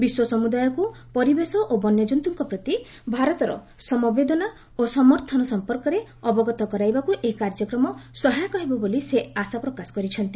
ବିଶ୍ୱ ସମ୍ଭଦାୟକ୍ତ ପରିବେଶ ଓ ବନ୍ୟଜନ୍ତ୍ରଙ୍କ ପ୍ରତି ଭାରତର ସମବେଦନା ଓ ସମର୍ଥନ ସମ୍ପର୍କରେ ଅବଗତ କରାଇବାକ୍ ଏହି କାର୍ଯ୍ୟକ୍ରମ ସହାୟକ ହେବ ବୋଲି ସେ ଆଶା ପ୍ରକାଶ କରିଛନ୍ତି